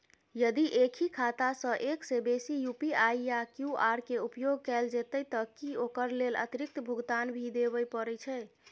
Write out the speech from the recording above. यदि एक ही खाता सं एक से बेसी यु.पी.आई या क्यू.आर के उपयोग कैल जेतै त की ओकर लेल अतिरिक्त भुगतान भी देबै परै छै?